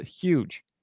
huge